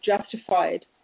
justified